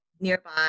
nearby